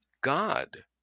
God